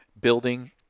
building